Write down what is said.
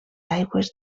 aigües